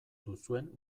duzuen